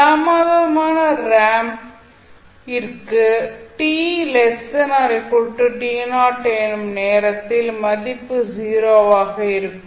தாமதமான ரேம்ப்க்கு எனும் நேரத்தில் மதிப்பு 0 ஆக இருக்கும்